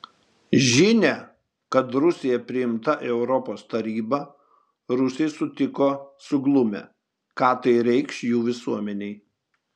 žinią kad rusija priimta į europos tarybą rusai sutiko suglumę ką tai reikš jų visuomenei